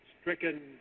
stricken